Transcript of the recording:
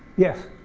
yes.